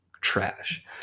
trash